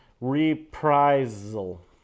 reprisal